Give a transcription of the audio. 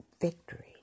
victory